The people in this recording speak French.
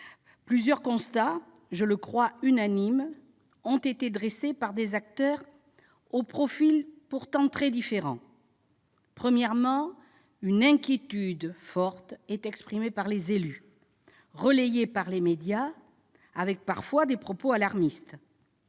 plusieurs constats, que je crois unanimes, ont été dressés par des acteurs aux profils pourtant très différents. Premièrement, les élus expriment une inquiétude forte, relayée par les médias, avec parfois des propos alarmistes.